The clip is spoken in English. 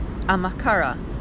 amakara